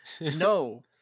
no